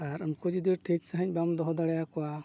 ᱟᱨ ᱩᱱᱠᱩ ᱡᱩᱫᱤ ᱴᱷᱤᱠ ᱥᱟᱺᱦᱤᱡ ᱵᱟᱢ ᱫᱚᱦᱚ ᱫᱟᱲᱮᱭᱟᱠᱚᱣᱟ